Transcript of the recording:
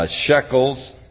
shekels